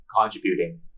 contributing